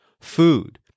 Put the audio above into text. food